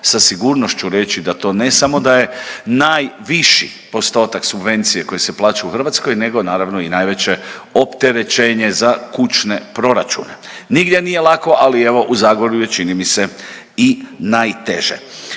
sa sigurnošću reći da to ne samo da je najviši postotak subvencije koji se plaća u Hrvatskoj, nego naravno i najveće opterećenje za kućne proračune. Nigdje nije lako, ali evo, u Zagorju je, čini mi se i najteže.